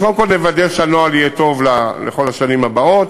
אז קודם כול נוודא שהנוהל יהיה טוב לכל השנים הבאות.